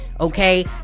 okay